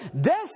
death